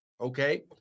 Okay